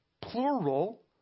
plural